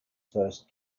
first